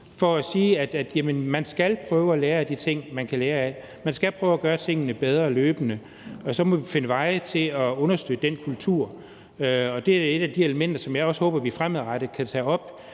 for at sige, at jamen man skal prøve at lære af de ting, man kan lære af. Man skal prøve at gøre tingene bedre løbende, og så må vi finde veje til at understøtte den kultur. Det er et af de elementer, som jeg også håber vi fremadrettet kan tage op